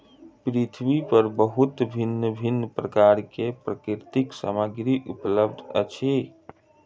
पृथ्वी पर बहुत भिन्न भिन्न प्रकारक प्राकृतिक सामग्री उपलब्ध अछि